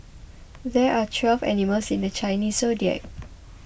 there are twelve animals in the Chinese zodiac